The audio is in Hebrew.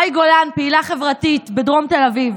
מאי גולן, פעילה חברתית בדרום תל אביב,